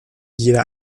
jeder